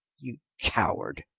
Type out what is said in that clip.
you coward!